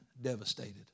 devastated